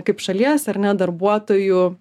kaip šalies ar ne darbuotojų